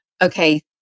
okay